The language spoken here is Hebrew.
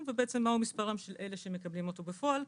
ומהו מספרם של אלה שמקבלים אותו בפועל,